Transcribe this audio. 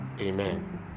amen